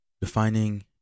defining